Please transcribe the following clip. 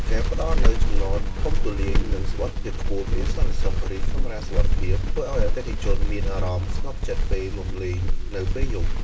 ការផ្តល់នូវ ចំណតធំទូលាយ និង សុវត្ថិភាពខ្ពស់ (មានសន្តិសុខ ឬកាមេរ៉ាសុវត្ថិភាព) ធ្វើឲ្យអតិថិជនមានអារម្មណ៍ស្ងប់ចិត្តពេលមកលេងនៅពេលយប់។